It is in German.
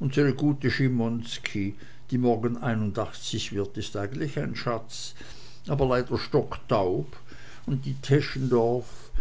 unsre gute schimonski die morgen einundachtzig wird ist eigentlich ein schatz aber leider stocktaub und die teschendorf